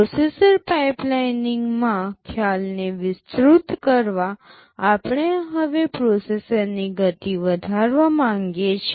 processor પાઇપલાઇનમાં ખ્યાલને વિસ્તૃત કરવા આપણે હવે પ્રોસેસરની ગતિ વધારવા માંગીએ છીએ